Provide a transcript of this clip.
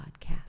podcast